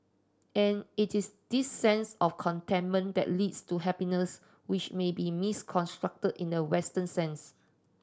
and it is this sense of contentment that leads to happiness which may be misconstrued in the Western sense